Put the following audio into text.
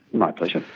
my pleasure.